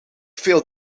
veel